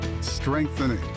strengthening